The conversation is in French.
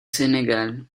sénégal